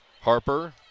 Harper